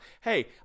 Hey